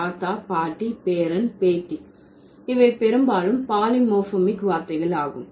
தாத்தா பாட்டி பேரன் பேத்தி இவை பெரும்பாலும் பாலிமோர்மோமிக் வார்த்தைகள் ஆகும்